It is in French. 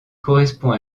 correspond